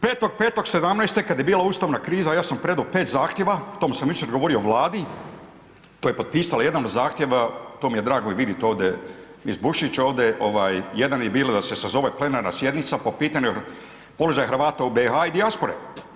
05.05.2017. kad je bila ustavna kriza ja sam predao 5 zahtjeva, o tom sam jučer govorio Vladi, to je potpisala jedna od zahtjeva, to mi je drago i vidjet ovdje iz Bušića ovdje, jedan je bilo da se sazove plenarna sjednica po pitanju položaja Hrvata u BiH-u i dijaspore.